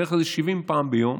בערך 70 פעם ביום,